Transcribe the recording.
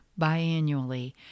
biannually